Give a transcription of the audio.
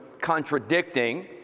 contradicting